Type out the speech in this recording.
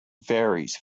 varies